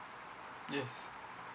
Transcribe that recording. yes